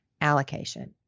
allocation